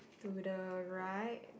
to the right